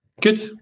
Good